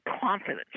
confidence